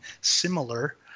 similar